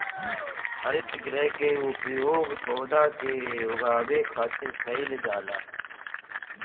हरितगृह के उपयोग पौधा के उगावे खातिर कईल जाला